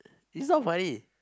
it's not funny